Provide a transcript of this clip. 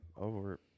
Over